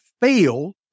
fail